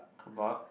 kebab